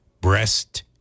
breast